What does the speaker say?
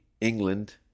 England